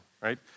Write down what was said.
right